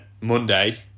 Monday